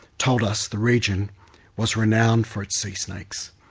told us the region was renowned for its sea snakes.